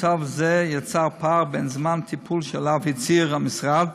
מצב זה יצר פער בין זמן הטיפול שעליו הצהיר המשרד,